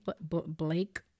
Blake